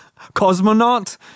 cosmonaut